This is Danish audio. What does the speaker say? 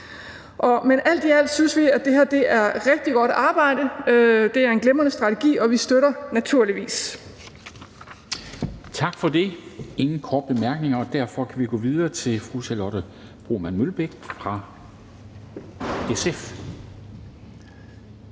Men alt i alt synes vi, at det her er rigtig godt arbejde. Det er en glimrende strategi, og vi støtter naturligvis. Kl. 11:17 Formanden (Henrik Dam Kristensen): Tak for det. Der er ingen korte bemærkninger, og derfor kan vi gå videre til fru Charlotte Broman Mølbæk fra SF.